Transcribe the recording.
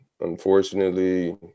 unfortunately